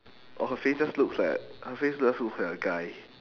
or her face just looks like her face just looks like a guy